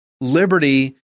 Liberty